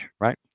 Right